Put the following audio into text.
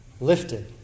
lifted